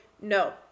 no